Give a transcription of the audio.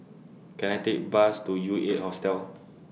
Can I Take A Bus to U eight Hostel